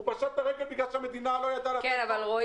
הוא פשט את הרגל בגלל שהמדינה לא ידעה לתת --- רועי